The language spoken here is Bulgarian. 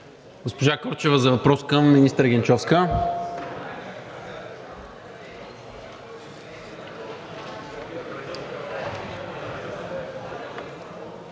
Госпожа Корчева за въпрос към министър Генчовска.